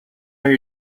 are